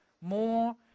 more